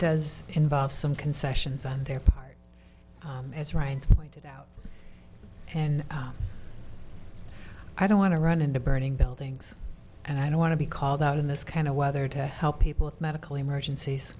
does involve some concessions on their part as ryan's pointed out and i don't want to run into burning buildings and i don't want to be called out in this kind of weather to help people with medical emergencies